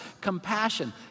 Compassion